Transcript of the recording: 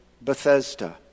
Bethesda